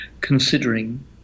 considering